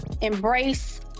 embrace